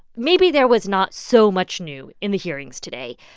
maybe there was not so much new in the hearings today.